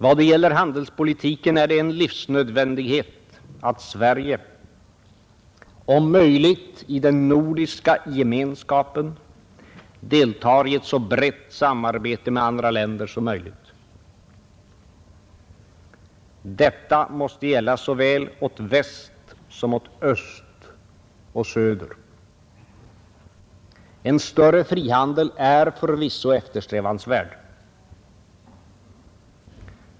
Vad gäller handelspolitiken är det en livsnödvändighet att Sverige, om möjligt i den nordiska gemenskapen, deltar i ett så brett samarbete med andra länder som möjligt. Detta måste gälla såväl åt väst som åt öst och söder. En större frihandel är förvisso eftersträvansvärd.